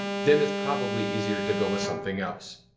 then it's probably easier to go with something else.